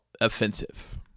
offensive